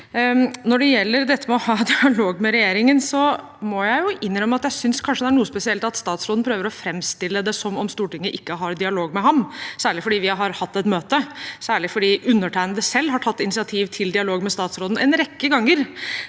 Når det gjelder dette med å ha dialog med regjeringen, må jeg innrømme at jeg synes det er noe spesielt at statsråden prøver å framstille det som om Stortinget ikke har dialog med ham, særlig fordi vi har hatt et møte, særlig fordi undertegnede selv har tatt initiativ til dialog med statsråden en rekke ganger